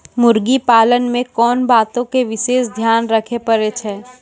मुर्गी पालन मे कोंन बातो के विशेष ध्यान रखे पड़ै छै?